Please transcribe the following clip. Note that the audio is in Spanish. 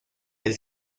del